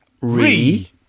Re